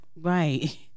Right